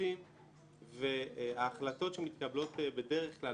ספציפיים וההחלטות שמתקבלות בדרך כלל